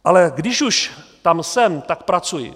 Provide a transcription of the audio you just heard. Ale když už tam jsem, tak pracuji.